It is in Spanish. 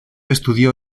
estudió